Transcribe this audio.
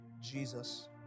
Jesus